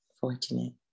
fortunate